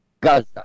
Gaza